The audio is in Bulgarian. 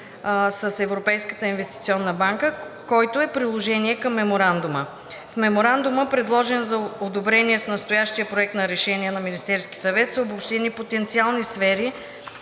с Европейската инвестиционна банка, който е приложение към Меморандума. В Меморандума, предложен за одобрение с настоящия проект на Решение на Министерския съвет, са обобщени потенциалните сфери,